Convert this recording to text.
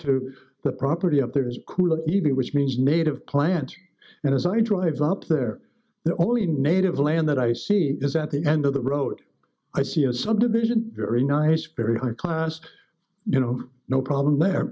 to the property up there is a cooler event which means native plants and as i drive up there the only native land that i see is at the end of the road i see a subdivision very nice very high cost you know no problem there